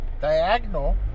diagonal